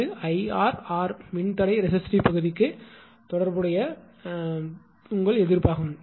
இது 𝐼𝑟𝑟 மின்தடைரெசிஸ்டிவ் பகுதிக்கு தொடர்புடைய துளிக்குள்ளான உங்கள் எதிர்ப்பாகும்